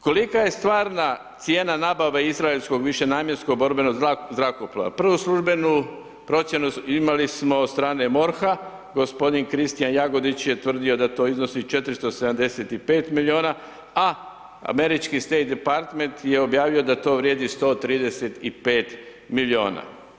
Kolika je stvarna cijena nabave izraelskog višenamjenskog borbenog zrakoplova, prvu službenu procjenu imali smo od strane MORH-a, g. Kristijan Jagodić je tvrdio da to iznosi 475 milijuna, a američki Statute Department je objavio da to vrijedi 135 milijuna.